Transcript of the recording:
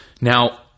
Now